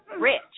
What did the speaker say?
rich